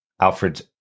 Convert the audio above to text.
alfred